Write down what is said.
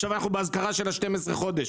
עכשיו אנחנו באזכרה של ה-12 חודשים.